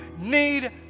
need